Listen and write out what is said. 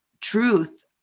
truth